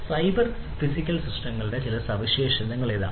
cyber physical സിസ്റ്റങ്ങളുടെ ചില സവിശേഷതകൾ ഇതാ